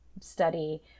study